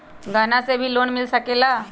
गहना से भी लोने मिल सकेला?